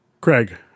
craig